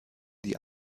die